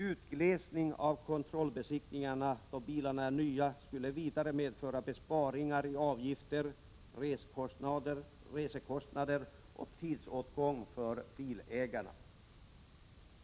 ”Utglesning” av kontrollbesiktningarna då bilarna är nya skulle vidare medföra besparingar i avgifter, resekostnader och tidsåtgång för bilägarna.